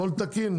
הכול תקין?